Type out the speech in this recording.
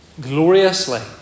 gloriously